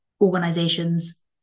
organizations